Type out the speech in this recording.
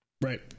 Right